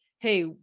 Hey